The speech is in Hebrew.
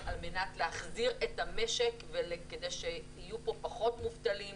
על מנת להחזיר את המשק כדי שיהיו פה פחות מובטלים,